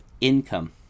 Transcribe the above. income